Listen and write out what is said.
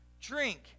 drink